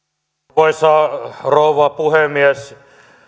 arvoisa rouva puhemies